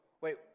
wait